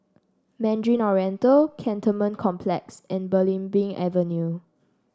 Mandarin Oriental Cantonment Complex and Belimbing Avenue